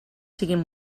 siguin